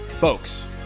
folks